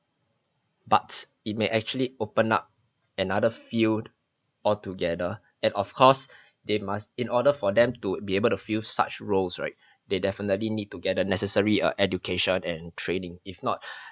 but it may actually open up another field altogether and of course they must in order for them to be able to fill such roles right they definitely need to get a necessary uh education and training if not